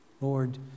Lord